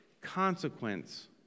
consequence